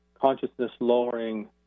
consciousness-lowering